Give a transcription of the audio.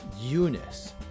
Eunice